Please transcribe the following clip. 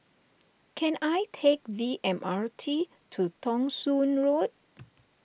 can I take the M R T to Thong Soon Road